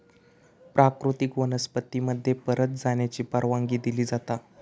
प्राकृतिक वनस्पती मध्ये परत जाण्याची परवानगी दिली जाता